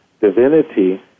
divinity